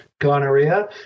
gonorrhea